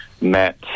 met